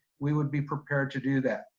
we would be prepared to do that.